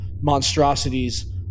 monstrosities